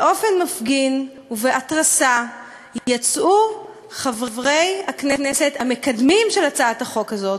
באופן מפגין ובהתרסה יצאו חברי הכנסת המקדמים את הצעת החוק הזאת,